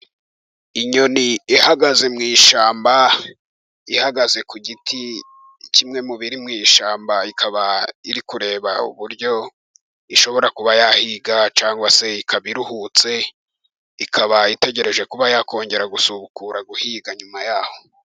Inyoni ihagaze mu ishyamba. Ihagaze ku giti kimwe mu biri mu ishyamba, ikaba iri kureba uburyo ishobora kuba yahiga, cyangwa se ikaba iruhutse ikaba itegereje kuba yakongera gusubukura guhiga, nyuma yaho.